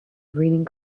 reading